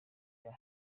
bya